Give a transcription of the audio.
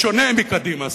בשונה מקדימה,